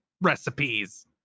recipes